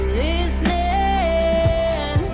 listening